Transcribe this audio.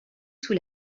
sous